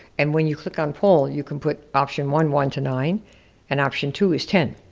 and when you click on poll, you can put option one, one to nine and option two is ten.